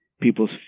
people's